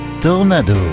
Tornado